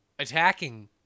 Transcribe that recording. Attacking